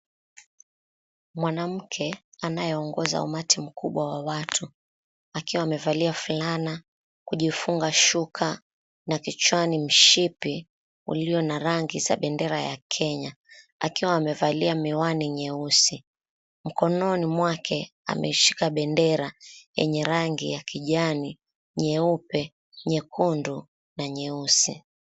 Mwanamke anayeongoza umati mkubwa wa watu. Akiwa amevalia fulana, kujifunga shuka na kichwani mshipi ulio na rangi za bendera ya Kenya, akiwa amevalia miwani nyeusi. Mkononi mwake ameshika bendera yenye rangi ya kijanii, nyeupe, nyekundu na nyeusi.